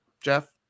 Jeff